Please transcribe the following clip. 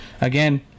Again